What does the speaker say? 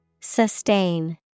Sustain